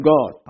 God